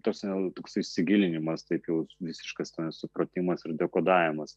toks toksai įsigilinimas taip jau visiškas to nesupratimas ir dekodavimas